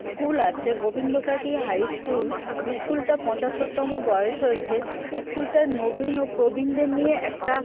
school আছে Gobinda Kati high school ইস্কুলটা পঁচাত্তরতম বয়স হয়েছে ইস্কুলটার নবীন ও প্রবীণদের নিয়ে একটা